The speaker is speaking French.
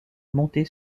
montée